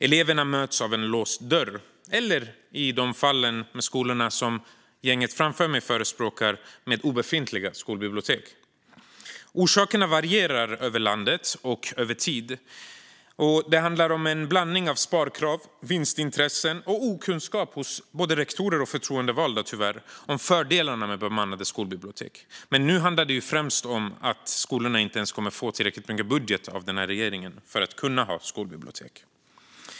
Eleverna möts av en låst dörr eller, i fallet med de skolor som gänget här framför mig i kammaren förespråkar, av obefintliga skolbibliotek. Orsakerna varierar över landet och över tid. Det handlar om en blandning av sparkrav, vinstintresse och okunskap, tyvärr både hos rektorer och hos förtroendevalda, om fördelarna med bemannade skolbibliotek. Men nu handlar det främst om att skolorna inte ens kommer att få tillräckligt mycket i budget av den här regeringen för att kunna ha skolbibliotek.